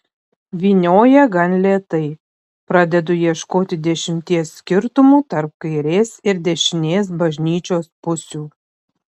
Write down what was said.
vynioja gan lėtai pradedu ieškoti dešimties skirtumų tarp kairės ir dešinės bažnyčios pusių